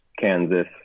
Kansas